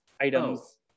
items